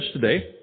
today